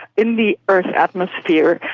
in the earth's atmosphere.